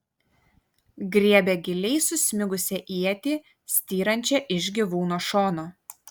griebė giliai susmigusią ietį styrančią iš gyvūno šono